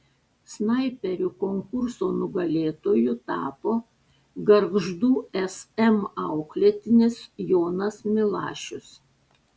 snaiperių konkurso nugalėtoju tapo gargždų sm auklėtinis jonas milašius